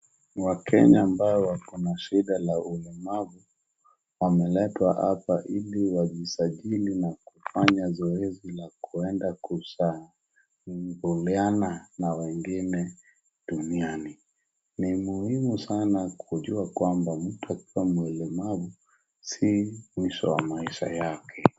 Wakenya ambao wakona shida la ulmavu wameletwa hapa ili wajisajili na kufanya zoezi la kuenda kushambuliana na wengine duniani. Ni muhimu sana kujua kwamba mtu akiwa mlemavu si mwisho wa maisha yake.